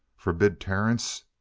forbid terence?